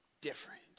different